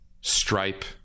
Stripe